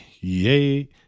yay